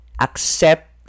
accept